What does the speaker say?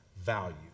value